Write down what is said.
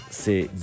c'est «